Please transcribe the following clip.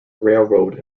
railroad